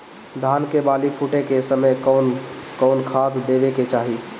धान के बाली फुटे के समय कउन कउन खाद देवे के चाही?